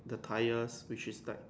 the tires which is black